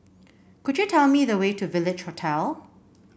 could you tell me the way to Village Hotel